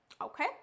Okay